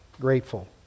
grateful